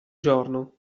giorno